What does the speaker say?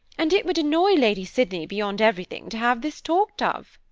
and it would annoy lady sydney beyond everything to have this talked of.